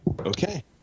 okay